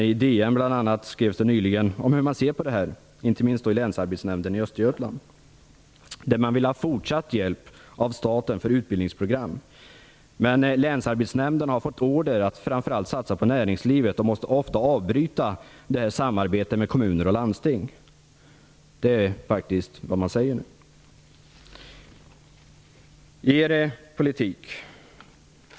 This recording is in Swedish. I DN bl.a. skrevs det nyligen om hur man ser på detta, inte minst när det gäller Länsarbetsnämnden i Östergötland: Man vill ha fortsatt hjälp av staten för utbildningsprogram, men länsarbetsnämnden har fått order att framför allt satsa på näringslivet och måste ofta avbryta samarbetet med kommuner och landsting. Detta är faktiskt vad som nu sägs.